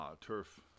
turf